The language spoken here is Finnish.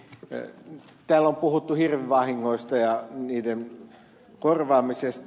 täällä on puhuttu hirvivahingoista ja niiden korvaamisesta